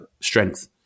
strength